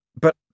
but—